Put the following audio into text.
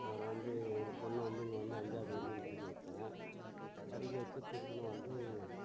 நாங்கள் வந்து எங்கள் பொண்ணை வந்து இங்கே வந்து அஞ்சாவது வரைக்கும் படிக்க வச்சேன் படிக்க வெச்சு திருப்புனா வந்து